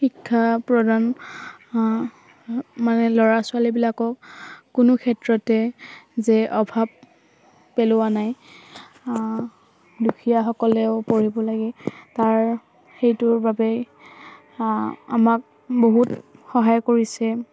শিক্ষা প্ৰদান মানে ল'ৰা ছোৱালীবিলাকক কোনো ক্ষেত্ৰতে যে অভাৱ পেলোৱা নাই দুখীয়াসকলেও পঢ়িব লাগে তাৰ সেইটোৰ বাবে আমাক বহুত সহায় কৰিছে